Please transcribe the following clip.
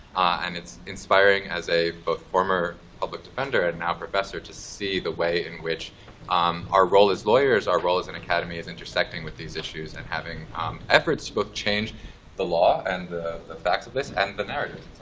and it's inspiring as a both former public defender and now professor to see the way in which um our role as lawyers, our role as an academy, is intersecting with these issues and having efforts to both change the law and the facts of this, and the narrative.